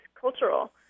cultural